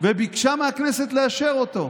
וביקשה מהכנסת לאשר אותו,